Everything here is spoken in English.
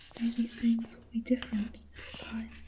maybe things will be different, this time.